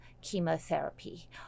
chemotherapy